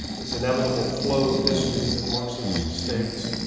this inevitable flow of history that marxism states,